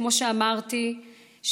כמו שאמרתי,